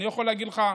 אני יכול להגיד לך,